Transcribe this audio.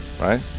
right